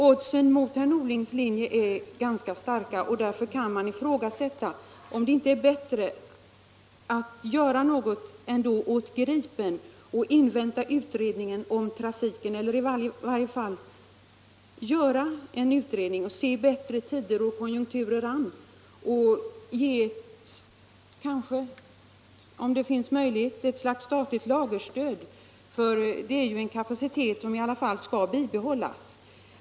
Oddsen mot herr Norlings linje är ganska starka, och därför kan man ifrågasätta om det ändå inte är bättre att göra något åt ”Gripen” och invänta utredningen om trafiken eller i varje fall göra en undersökning och se bättre tider och konjunkturer an. Kanske kan man, om det finns möjligheter, ge ett slags statligt lagerstöd, för det är ju en kapacitet som i alla fall skall bibehållas.